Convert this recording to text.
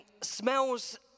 Smells